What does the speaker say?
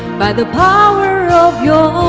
by the power of your